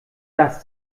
das